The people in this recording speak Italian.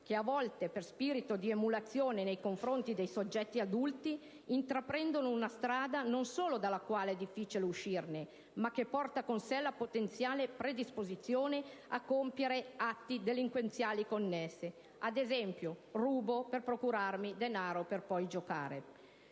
che a volte, per spirito di emulazione nei confronti dei soggetti adulti, intraprendono una strada non solo dalla quale è difficile uscire, ma che porta con sé la potenziale predisposizione a compiere atti delinquenziali connessi come, ad esempio, rubare per procurarsi denaro con cui giocare.